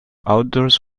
outdoors